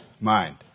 mind